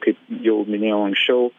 kaip jau minėjau anksčiau